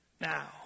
Now